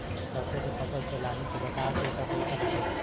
सरसो के फसल से लाही से बचाव के का तरीका बाटे?